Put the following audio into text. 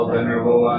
Venerable